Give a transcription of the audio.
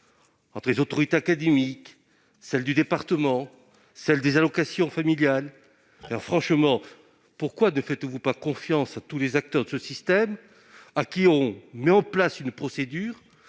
entre les autorités académiques, celles du département et celles des allocations familiales. Pourquoi ne faites-vous pas confiance à tous les acteurs de ce système, qui disposeront d'une procédure